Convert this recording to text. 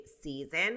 season